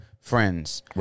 friends